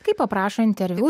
kai paprašo interviu